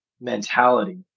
mentality